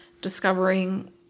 discovering